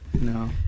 No